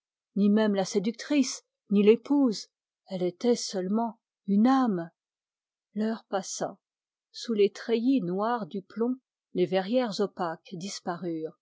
ni la séductrice ni l'épouse elle était seulement une âme sous les treillis noirs du plomb les verrières opaques